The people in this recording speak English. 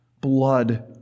blood